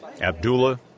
Abdullah